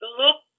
look